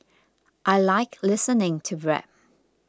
I like listening to rap